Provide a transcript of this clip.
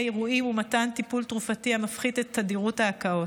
יהיה עירויים ומתן טיפול תרופתי המפחית את תדירות ההקאות.